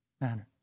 manner